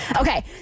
Okay